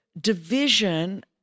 division